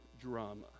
drama